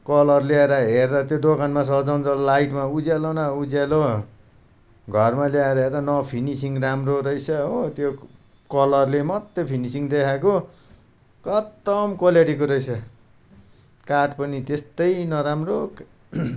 colour ल्याएर हेरेर त्यो दोकानमा सजाउन्जेल लाइटमा उज्यालो न उज्यालो घरमा ल्याएर हेर्दा न फिनिसिङ राम्रो रहेछ हो त्यो कलरले मात्रै फिनिसिङ देखाएको खत्तम क्वालिटीको रहेछ काठ पनि त्यस्तै नराम्रो खै